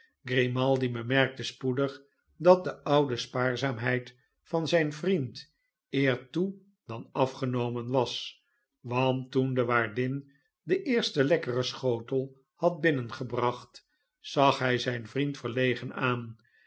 grimaldi bemerkte spoedig dat de oude spaarzaamheid van zijn vriend eer toe dan afgenomen was want toen de waardin den eersten lekkeren schotel had binnengebracht zag hi zijn vriend verlegen aan